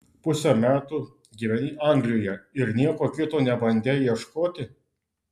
pusę metų gyveni anglijoje ir nieko kito nebandei ieškoti